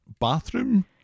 bathroom